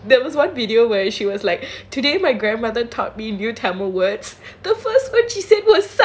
there was a video she was like today my grandmother thought need a tamil word